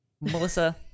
Melissa